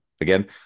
again